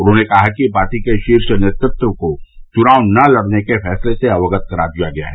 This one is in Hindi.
उन्होंने कहा कि पार्टी के शीर्ष नेतृत्व को चुनाव न लड़ने के फ़ैसले से अवगत करा दिया है